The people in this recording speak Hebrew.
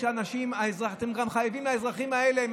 אתם חייבים גם לאזרחים האלה.